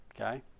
okay